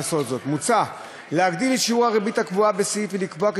מוצע להגדיל את שיעור הריבית הקבועה בסעיף ולקבוע כי